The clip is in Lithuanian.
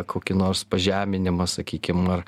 kokį nors pažeminimą sakykim ar